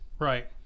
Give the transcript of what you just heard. right